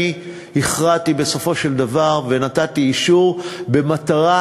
ואני הכרעתי בסופו של דבר ונתתי אישור במטרה